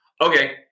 okay